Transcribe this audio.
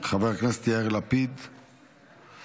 חבר הכנסת יאיר לפיד, בבקשה.